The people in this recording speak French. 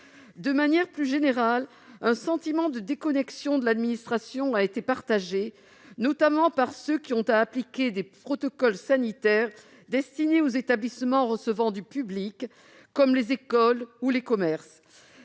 De manière plus générale, un sentiment de déconnexion de l'administration a été partagé, notamment par ceux qui ont à appliquer des protocoles sanitaires destinés aux établissements recevant du public, comme les écoles ou les commerces.